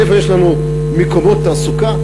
מאיפה יש לנו מקומות תעסוקה?